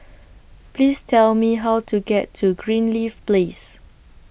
Please Tell Me How to get to Greenleaf Place